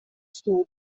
studio